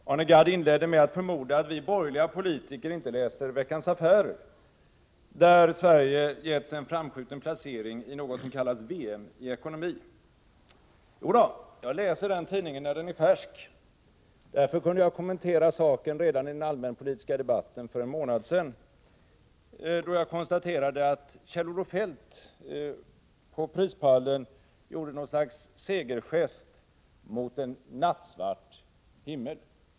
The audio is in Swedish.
Herr talman! Arne Gadd inledde med att förmoda att vi borgerliga politiker inte läser Veckans Affärer. I den tidningen har Sverige getts en framskjuten placering i något som kallas VM i ekonomi. Jodå, jag läser den tidningen när den är färsk. Jag kunde därför kommentera saken redan i den allmänpolitiska debatten för en månad sedan. Jag konstaterade då att Kjell-Olof Feldt på prispallen gjorde något slags segergest mot en nattsvart himmel.